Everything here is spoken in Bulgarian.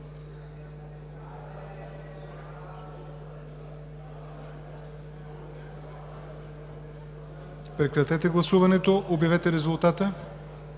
Прекратете гласуването и обявете резултата.